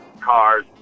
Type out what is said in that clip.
cars